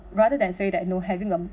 rather than say that you know having a